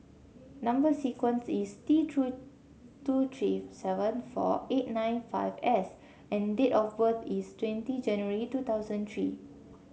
number sequence is T true two three seven four eight nine five S and date of birth is twenty January two thousand three